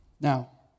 Now